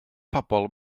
pobl